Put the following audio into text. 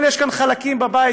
אבל יש כאן חלקים בבית,